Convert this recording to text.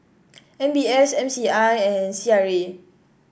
M B S M C I and C R A